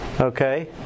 Okay